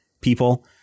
people